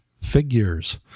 figures